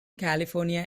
california